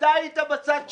אתה היית בצד שלי.